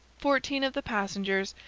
fourteen of the passengers,